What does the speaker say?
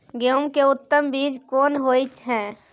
गेहूं के उत्तम बीज कोन होय है?